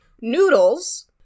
Noodles